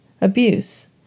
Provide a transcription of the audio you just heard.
abuse